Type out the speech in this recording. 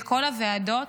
לכל הוועדות,